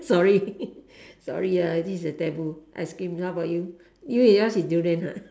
sorry sorry ah this is a taboo ice cream how about you you yours is durian ah